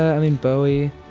i mean, bowie.